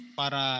para